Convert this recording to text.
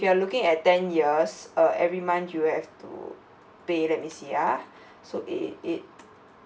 you're looking at ten years uh every month you have to pay let me see ah so it it